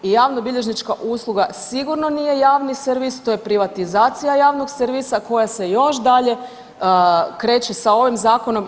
I javnobilježnička usluga sigurno nije javni servis, to je privatizacija javnog servisa koja se još dalje kreće sa ovim zakonom.